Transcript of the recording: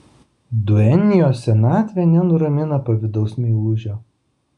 duenjos senatvė nenuramina pavydaus meilužio